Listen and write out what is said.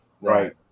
Right